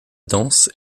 danse